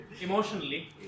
Emotionally